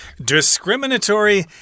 discriminatory